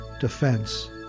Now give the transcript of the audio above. defense